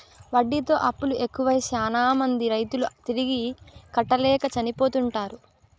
వడ్డీతో అప్పులు ఎక్కువై శ్యానా మంది రైతులు తిరిగి కట్టలేక చనిపోతుంటారు